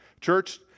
Church